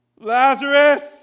Lazarus